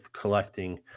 collecting